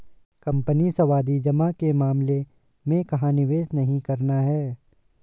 Company सावधि जमा के मामले में कहाँ निवेश नहीं करना है?